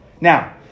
Now